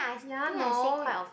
ya no